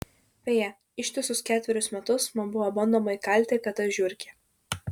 beje ištisus ketverius metus man buvo bandoma įkalti kad aš žiurkė